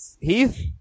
Heath